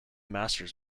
masters